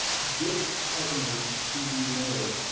get partners who, you know,